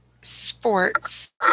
sports